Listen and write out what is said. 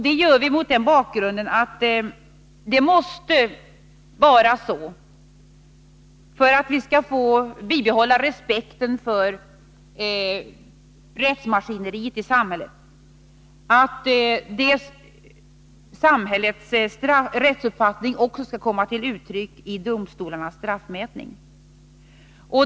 Vi gör det mot den bakgrunden att det måste vara så för att vi skall få bibehålla respekten för rättsmaskineriet i samhället och för att samhällets rättsuppfattning skall komma till uttryck i domstolarnas straffmätning.